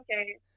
okay